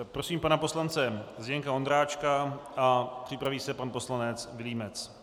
Prosím pana poslance Zdeňka Ondráčka a připraví se pan poslanec Vilímec.